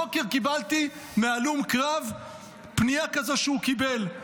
הבוקר קיבלתי מהלום קרב פנייה כזו שהוא קיבל.